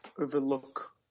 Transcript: overlook